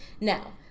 now